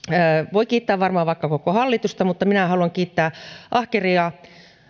voi kiittää varmaan vaikka koko hallitusta mutta minä haluan kiittää ahkeria